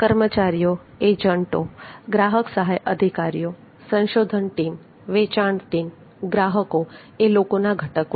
કર્મચારીઓ એજન્ટો ગ્રાહક સહાય અધિકારીઓ સંશોધન ટીમ વેચાણ ટીમ ગ્રાહકો એ લોકોના ઘટકો છે